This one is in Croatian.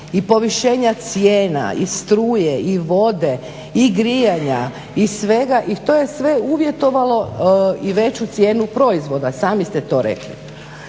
i povišenja cijena i struje i vode i grijanja i to je sve uvjetovalo i veću cijenu proizvoda, sami ste to rekli.